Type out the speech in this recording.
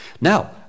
Now